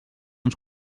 ens